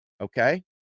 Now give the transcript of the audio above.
Okay